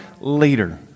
later